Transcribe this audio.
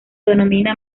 denomina